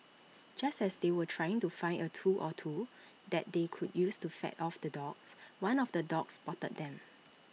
just as they were trying to find A tool or two that they could use to fend off the dogs one of the dogs spotted them